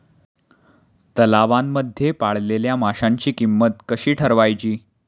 तलावांमध्ये पाळलेल्या माशांची किंमत कशी ठरवायची?